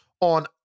on